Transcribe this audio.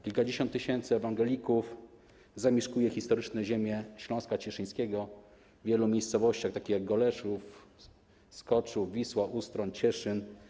Kilkadziesiąt tysięcy ewangelików zamieszkuje historyczne ziemie Śląska Cieszyńskiego w wielu miejscowościach, takich jak Goleszów, Skoczów, Wisła, Ustroń, Cieszyn.